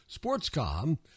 Sportscom